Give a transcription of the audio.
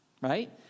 right